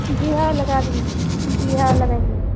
جی ہاں لگا دیں گے جی ہاں لگائیں گے